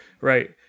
Right